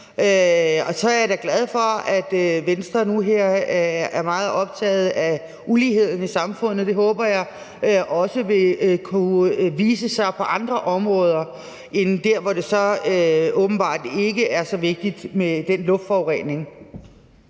Og så er jeg da glad for, at Venstre nu her er meget optaget af uligheden i samfundet. Det håber jeg også vil kunne vise sig på andre områder end der, hvor det så åbenbart er så vigtigt med den luftforurening.